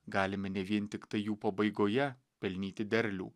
galime ne vien tiktai jų pabaigoje pelnyti derlių